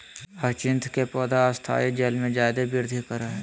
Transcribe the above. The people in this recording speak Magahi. ह्यचीन्थ के पौधा स्थायी जल में जादे वृद्धि करा हइ